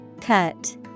Cut